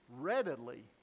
readily